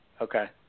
okay